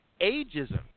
ageism